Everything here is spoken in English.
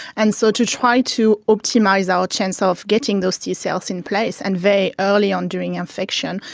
and so to try to optimise our chance of getting those t-cells in place and very early on during infection,